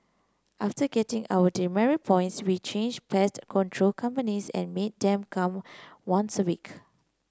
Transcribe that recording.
after getting our demerit points we changed pest control companies and made them come once a week